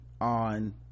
on